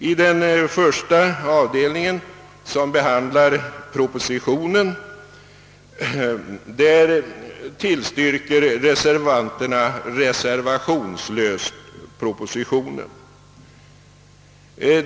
I den första avdelningen som behandlar propositionen tillstyrker reservanterna denna reservationslöst.